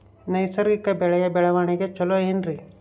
ನೈಸರ್ಗಿಕ ಬೆಳೆಯ ಬೆಳವಣಿಗೆ ಚೊಲೊ ಏನ್ರಿ?